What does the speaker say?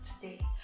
today